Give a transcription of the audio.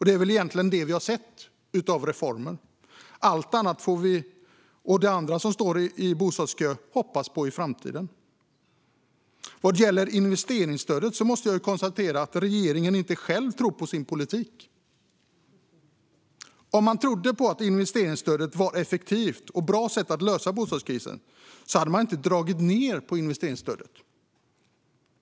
Det är väl egentligen detta vi har sett av reformer; allt annat får vi och de som står i bostadskö hoppas på i framtiden. Vad gäller investeringsstödet måste jag konstatera att regeringen inte själv tror på sin politik. Om man trodde på att investeringsstödet var ett effektivt och bra sätt att lösa bostadskrisen hade man inte dragit ned på investeringsstödet.